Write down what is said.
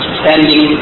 standing